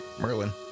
Merlin